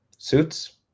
suits